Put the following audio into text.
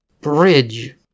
Bridge